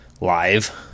live